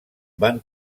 van